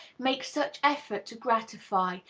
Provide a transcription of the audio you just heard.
make such effort to gratify,